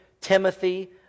Timothy